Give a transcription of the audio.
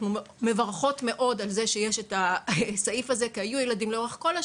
אני מתכבד לפתוח את ישיבת הוועדה המיוחדת לפניות הציבור.